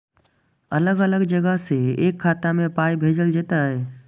अलग अलग जगह से एक खाता मे पाय भैजल जेततै?